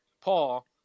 Paul